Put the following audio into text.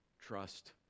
trust